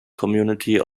community